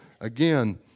Again